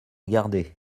garder